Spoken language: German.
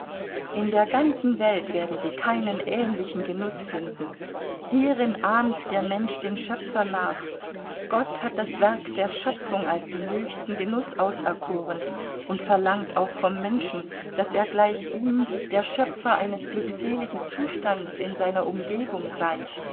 in der ganzen welt werden sie keinen ähnlichen genuß finden hierin ahmt der mensch den schöpfer nach gott hat das werk der schöpfung als den höchsten genuß auserkoren und verlangt auch vom menschen daß er gleich ihm der schöpfer eines glückseligen zustandes in seiner umgebung sei